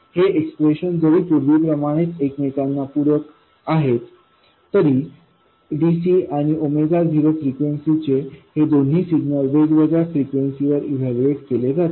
हे एक्सप्रेशन्स जरी पूर्वीप्रमाणेच एकमेकांना पूरक आहेत तरी dc आणि 0 फ्रिक्वेन्सीचे हे दोन्ही सिग्नल वेगवेगळ्या फ्रिक्वेन्सीवर इवैल्यूएट केले जातील